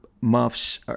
muffs